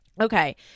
Okay